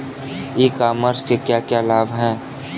ई commerce के क्या क्या लाभ हैं?